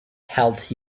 health